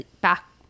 back